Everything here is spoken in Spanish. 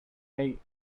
hey